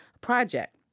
project